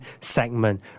segment